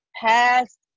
past